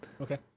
Okay